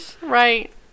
Right